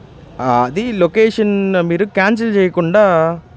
అది లొకేషన్ మీరు క్యాన్సిల్ చేయకుండా